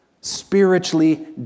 spiritually